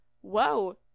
whoa